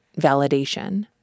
Validation